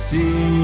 See